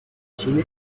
chile